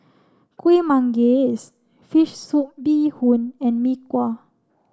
Kuih Manggis fish soup bee hoon and Mee Kuah